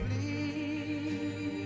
please